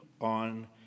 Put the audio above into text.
on